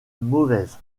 mauvaise